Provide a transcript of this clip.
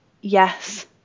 yes